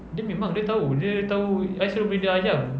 dia memang dia tahu I suruh beri dia ayam